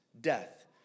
death